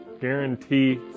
guarantee